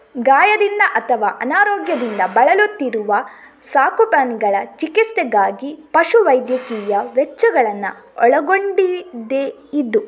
ಗಾಯದಿಂದ ಅಥವಾ ಅನಾರೋಗ್ಯದಿಂದ ಬಳಲುತ್ತಿರುವ ಸಾಕು ಪ್ರಾಣಿಗಳ ಚಿಕಿತ್ಸೆಗಾಗಿ ಪಶು ವೈದ್ಯಕೀಯ ವೆಚ್ಚಗಳನ್ನ ಒಳಗೊಂಡಿದೆಯಿದು